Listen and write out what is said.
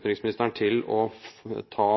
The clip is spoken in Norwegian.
utenriksministeren til å